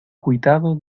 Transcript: cuitado